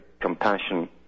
compassion